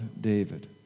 David